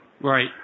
Right